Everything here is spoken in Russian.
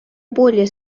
более